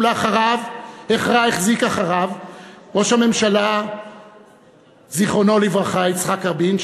החרה החזיק אחריו ראש הממשלה יצחק רבין,